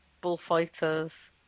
bullfighters